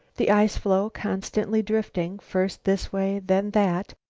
the ice-floe constantly drifting, first this way, then that,